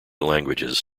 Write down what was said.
languages